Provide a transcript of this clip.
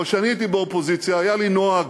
אבל כשאני הייתי באופוזיציה, היה לי נוהג,